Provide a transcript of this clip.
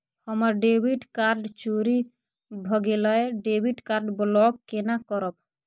हमर debit card चोरी भगेलै डेबिट कार्ड ब्लॉक केना करब?